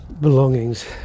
belongings